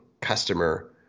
customer